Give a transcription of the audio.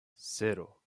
cero